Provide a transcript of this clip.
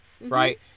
right